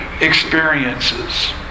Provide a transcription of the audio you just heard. experiences